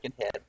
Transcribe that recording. head